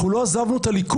אנחנו לא עזבנו את הליכוד,